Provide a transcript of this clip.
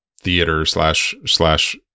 theater/slash/slash